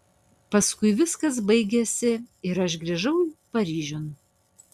paskui viskas baigėsi ir aš grįžau paryžiun